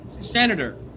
Senator